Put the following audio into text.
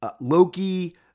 Loki